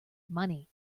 money